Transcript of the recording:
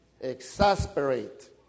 Exasperate